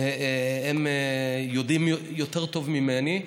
הם יודעים יותר טוב ממני,